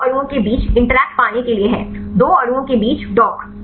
दो अणुओं के बीच इंटरैक्ट पाने के लिए है दो अणुओं के बीच डॉक